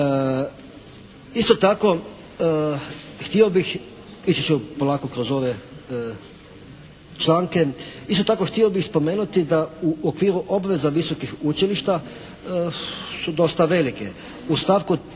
Isto tako htio bih, ići ću polako kroz ove članke. Isto tako htio bih spomenuti da u okviru obveza visokih učilišta su dosta velike.